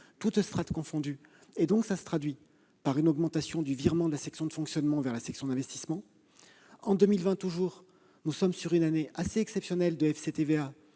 toutes strates confondues, ce qui se traduit par une augmentation du virement de la section de fonctionnement vers la section d'investissement. Ensuite, 2020 est une année assez exceptionnelle pour le FCTVA,